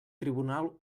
tribunal